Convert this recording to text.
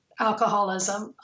alcoholism